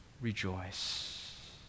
rejoice